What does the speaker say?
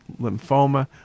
lymphoma